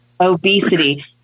obesity